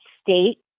state